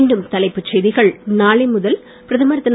மீண்டும் தலைப்புச் செய்தகள் நாளை முதல் பிரதமர் திரு